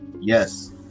yes